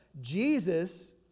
Jesus